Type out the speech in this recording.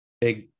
Big